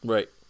Right